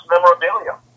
memorabilia